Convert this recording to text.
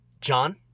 John